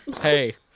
Hey